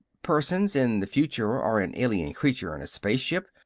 persons in the future or an alien creature in a space-ship,